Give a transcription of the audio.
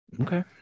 okay